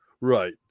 right